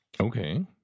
Okay